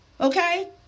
okay